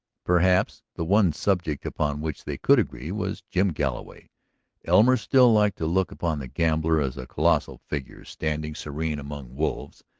perhaps the one subject upon which they could agree was jim galloway elmer still liked to look upon the gambler as a colossal figure standing serene among wolves,